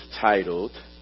titled